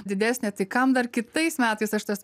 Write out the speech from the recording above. didesnė tai kam dar kitais metais aš tas